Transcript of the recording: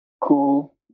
cool